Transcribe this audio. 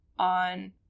On